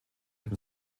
dem